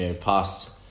past